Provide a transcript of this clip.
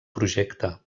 projecte